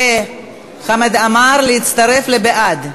וחמד עמאר מצטרף לבעד.